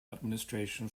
administration